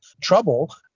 trouble